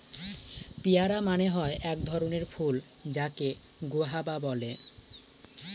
পেয়ারা মানে হয় এক ধরণের ফল যাকে গুয়াভা বলে